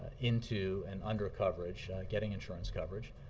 into and under coverage getting insurance coverage,